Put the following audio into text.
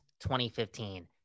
2015